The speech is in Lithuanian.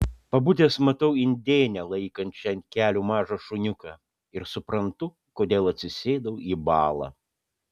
pabudęs matau indėnę laikančią ant kelių mažą šuniuką ir suprantu kodėl atsisėdau į balą